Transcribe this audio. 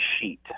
sheet